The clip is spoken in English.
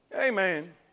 Amen